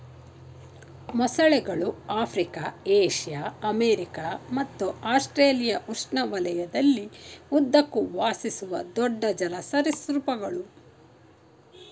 ಮೊಸಳೆಗಳು Africa Asia America ಮತ್ತು Australia ಉಷ್ಣವಲಯದಲ್ಲಿ ಉದ್ದಕ್ಕೂ ವಾಸಿಸುವ ದೊಡ್ಡ ಜಲ ಸರೀಸೃಪಗಳು